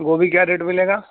گوبھی کیا ریٹ ملے گا